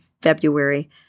February